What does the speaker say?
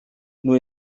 nur